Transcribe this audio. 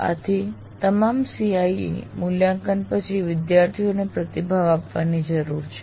તેથી તમામ CIE મૂલ્યાંકન પછી વિદ્યાર્થીઓને પ્રતિભાવ આપવાની જરૂર છે